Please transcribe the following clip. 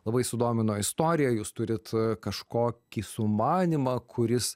labai sudomino istorija jūs turit kažkokį sumanymą kuris